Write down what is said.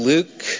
Luke